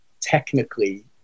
technically